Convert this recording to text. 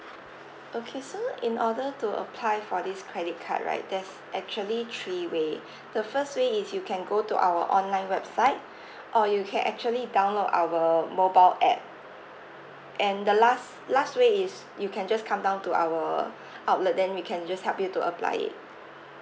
okay so in order to apply for this credit card right there's actually three way the first way is you can go to our online website or you can actually download our mobile app and the last last way is you can just come down to our outlet then we can just help you to apply it